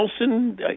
Nelson